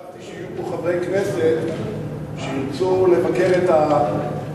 חשבתי שיהיו פה חברי כנסת שירצו לבקר את הרשות